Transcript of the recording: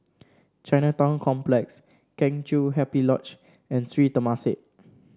Chinatown Complex Kheng Chiu Happy Lodge and Sri Temasek